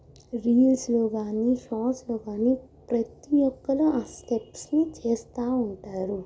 రీల్స్లో కానీ షాట్స్లో కానీ ప్రతి ఒక్కలాగా ఆ స్టెప్స్ని చేస్తు ఉంటారు